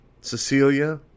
Cecilia